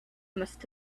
must